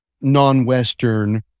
non-Western